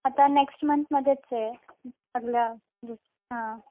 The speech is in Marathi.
आता नेक्स्ट मंथमध्येच आहे आपल्या